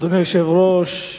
אדוני היושב-ראש,